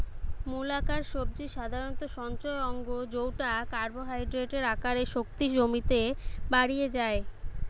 মূলাকার সবজি সাধারণত সঞ্চয় অঙ্গ জউটা কার্বোহাইড্রেটের আকারে শক্তি জমিতে বাড়ি যায়